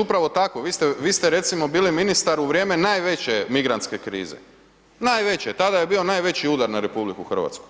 Upravo tako, vi ste recimo bili ministar u vrijeme najveće migrantske krize, najveće, tada je bio najveći udar na RH,